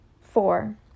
Four